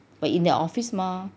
but in the office mah